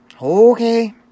Okay